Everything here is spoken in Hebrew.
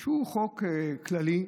שהוא חוק כללי,